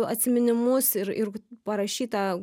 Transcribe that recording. atsiminimus ir ir parašytą